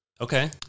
okay